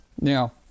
Now